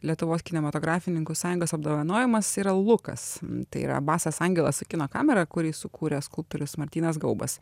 lietuvos kinematografininkų sąjungos apdovanojimas yra lukas tai yra basas angelas su kino kamera kurį sukūrė skulptorius martynas gaubas